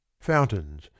Fountains